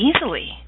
easily